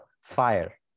fire